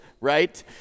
right